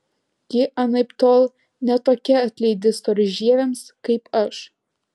ji anaiptol ne tokia atlaidi storžieviams kaip aš